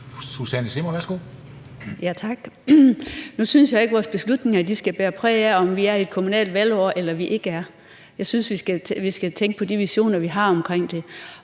Susanne Zimmer (UFG): Tak. Nu synes jeg ikke, at vores beslutninger skal bære præg af, om vi er i et kommunalt valgår eller vi ikke er. Jeg synes, vi skal tænke på de visioner, vi har omkring det,